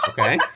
Okay